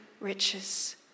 riches